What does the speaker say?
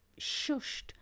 shushed